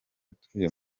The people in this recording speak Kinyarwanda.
utuye